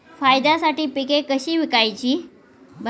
फायद्यासाठी पिके कशी विकायची?